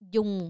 Dùng